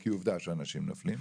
כי עובדה שאנשים נופלים,